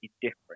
different